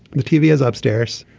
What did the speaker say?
the tv is upstairs.